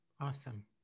Awesome